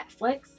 Netflix